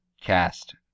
cast